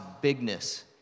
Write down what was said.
bigness